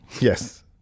Yes